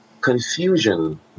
confusion